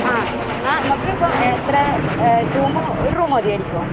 ആ എന്നാൽ നമുക്കിപ്പോൾ എത്ര റൂമോ ഒരു റൂമ് മതിയായിരിക്കുമോ